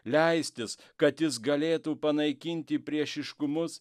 leistis kad jis galėtų panaikinti priešiškumus